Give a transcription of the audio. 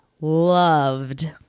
loved